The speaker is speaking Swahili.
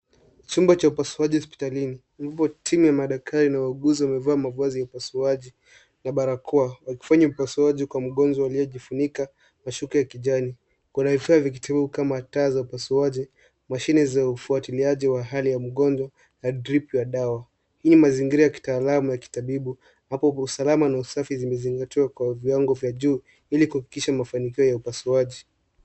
Chumba cha upasuaji hospitalini, ume beba timu ya madaktari na wauguzi wamevaa mavazi ya upasuaji na barakoa, wakifanya upasuaji kwa mgonjwa aliyejifunikwa kwa shuka ya kijani. Kuna vifaa ya kutibu kama taa za upasuaji, mashine za ufuatiliaji wa hali ya mgonjwa na drip ya dawa. Hii ni mazingira ya kitaalamu ya kitabibu, hapa upo usalama na usafi zimezingatiwa kwa viungo vya juu ili kuhakikisha mafanikio ya upasuaji.